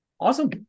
Awesome